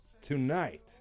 tonight